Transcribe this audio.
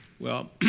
well,